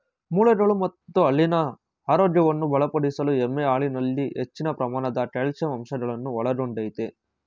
ಮೂಳೆಗಳು ಮತ್ತು ಹಲ್ಲಿನ ಆರೋಗ್ಯವನ್ನು ಬಲಪಡಿಸಲು ಎಮ್ಮೆಯ ಹಾಲಿನಲ್ಲಿ ಹೆಚ್ಚಿನ ಪ್ರಮಾಣದ ಕ್ಯಾಲ್ಸಿಯಂ ಅಂಶಗಳನ್ನು ಒಳಗೊಂಡಯ್ತೆ